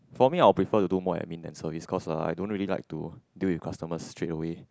for me I will prefer to do more admin than service cause I don't really like to deal with customers straightaway